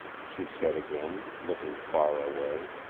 she said again, looking far away.